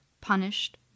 punished